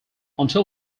until